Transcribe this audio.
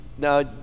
Now